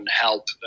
help